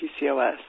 PCOS